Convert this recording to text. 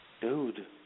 Dude